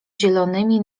zielonymi